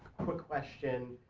quick question,